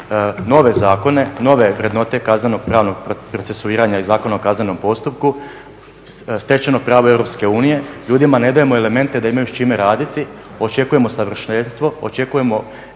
nove zakone, nove vrednote kaznenopravnog procesuiranja i Zakona o kaznenom postupku stečeno pravo EU ljudima ne dajemo elemente da imaju s čime raditi, očekujemo savršenstvo, očekujemo